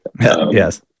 Yes